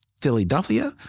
Philadelphia